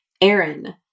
Aaron